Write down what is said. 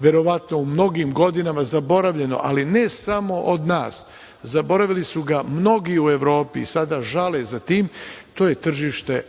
verovatno u mnogim godinama zaboravljeno, ali ne samo od nas, zaboravili su ga mnogi u Evropi i sada žale za tim, to je tržište